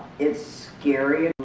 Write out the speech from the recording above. it's scary,